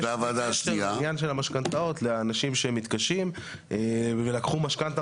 ובעניין של המשכנתאות לאנשים שמתקשים ולקחו משכנתא